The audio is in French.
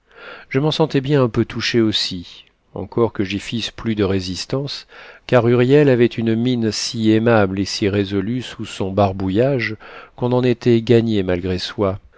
je m'en sentais bien un peu touché aussi encore que j'y fisse plus de résistance car huriel avait une mine si aimable et si résolue sous son barbouillage qu'on en était gagné malgré soi